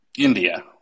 India